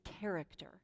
character